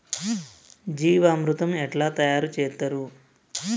జీవామృతం ఎట్లా తయారు చేత్తరు?